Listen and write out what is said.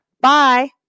Bye